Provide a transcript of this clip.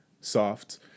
Soft